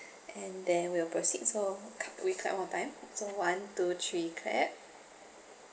and then we will proceed so cl~ we clap one more time so one two three clap